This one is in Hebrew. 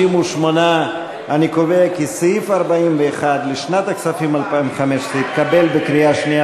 58. אני קובע כי סעיף 41 לשנת הכספים 2015 התקבל בקריאה שנייה,